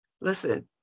listen